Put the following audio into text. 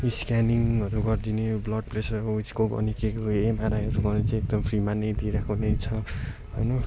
स्क्यानिङहरू गरिदिने blood pressure उइसको कुनी के केको एमआरआईहरू गर्ने चाहिँ एकदम फ्रीमा नै दिइरहेको नै छ होइन एकदम